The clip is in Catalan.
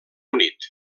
unit